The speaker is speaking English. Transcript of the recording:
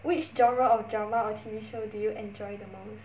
which genre of drama or T_V show do you enjoy the most